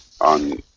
on